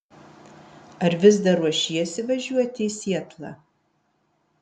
ar vis dar ruošiesi važiuoti į sietlą